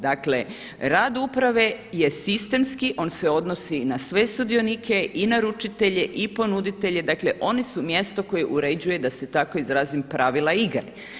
Dakle rad uprave je sistemski, on se odnosi na sve sudionike i naručitelje i ponuditelje, dakle oni su mjesto koje uređuje da se tako izrazim pravila igre.